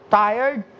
tired